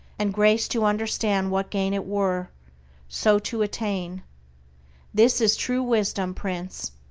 and grace to understand what gain it were so to attain this is true wisdom, prince!